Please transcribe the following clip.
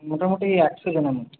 মোটামোটি একশো জনের মতো